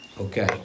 Okay